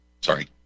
Sorry